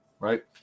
right